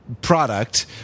product